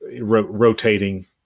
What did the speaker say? rotating